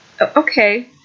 Okay